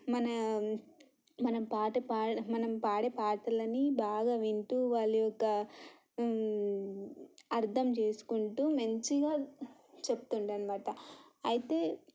మన మనం పాట పా మనం పాడే పాటలని బాగా వింటూ వాళ్ళు యొక్క అర్ధం చేసుకుంటూ మంచిగా చెబుతుండే అన్నమాట అయితే